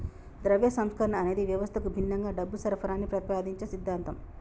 ద్రవ్య సంస్కరణ అనేది వ్యవస్థకు భిన్నంగా డబ్బు సరఫరాని ప్రతిపాదించే సిద్ధాంతం